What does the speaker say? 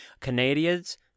Canadians